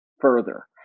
further